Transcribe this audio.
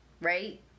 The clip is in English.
right